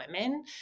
women